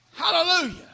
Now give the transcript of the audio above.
Hallelujah